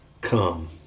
come